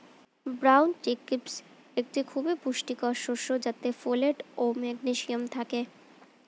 brown chickpea একটি খুবই পুষ্টিকর শস্য যাতে ফোলেট ও ম্যাগনেসিয়াম থাকে